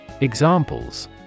Examples